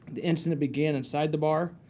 the incident began inside the bar,